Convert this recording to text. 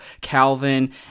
Calvin